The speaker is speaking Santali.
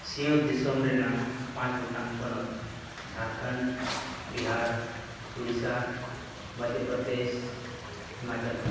ᱥᱤᱧᱚᱛ ᱫᱤᱥᱚᱢ ᱨᱮᱱᱟᱜ ᱯᱟᱸᱪ ᱜᱚᱴᱟᱝ ᱯᱚᱱᱚᱛ ᱡᱷᱟᱲᱠᱷᱚᱸᱰ ᱵᱤᱦᱟᱨ ᱳᱰᱤᱥᱟ ᱢᱚᱭᱫᱷᱚ ᱯᱚᱨᱫᱮᱥ ᱦᱤᱢᱟᱪᱚᱞ ᱯᱚᱨᱫᱮᱥ